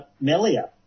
melia